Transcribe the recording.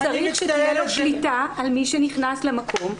הוא צריך שתהיה לו שליטה על מי שנכנס למקום.